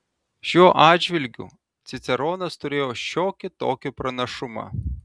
šiuo atžvilgiu ciceronas turėjo šiokį tokį pranašumą